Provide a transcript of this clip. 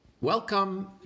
Welcome